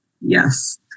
Yes